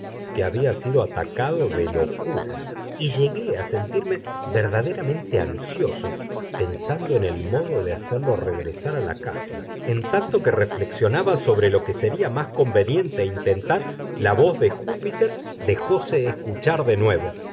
que había sido atacado de locura y llegué a sentirme verdaderamente ansioso pensando en el modo de hacerlo regresar a la casa en tanto que reflexionaba sobre lo que sería más conveniente intentar la voz de júpiter dejóse escuchar de nuevo